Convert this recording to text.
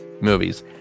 movies